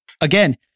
again